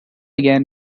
again